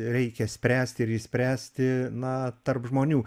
reikia spręsti ir išspręsti na tarp žmonių